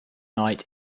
night